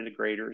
integrators